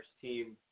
team